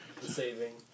Saving